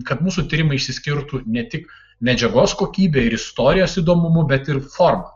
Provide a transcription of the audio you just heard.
kad mūsų tyrimai išsiskirtų ne tik medžiagos kokybę ir istorijos įdomumu bet ir forma